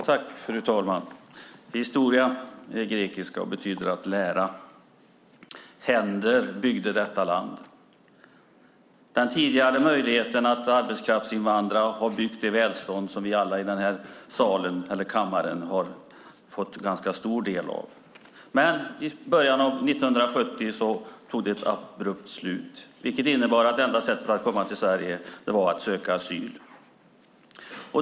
Fru talman! Historia är grekiska och betyder att lära. Händer byggde detta land. Den tidigare möjligheten att arbetskraftsinvandra har byggt det välstånd som vi alla i den här salen har fått ganska stor del av. I början av 1970 tog det abrupt slut. Det innebar att enda sättet att komma till Sverige var att söka asyl.